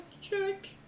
check